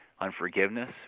unforgiveness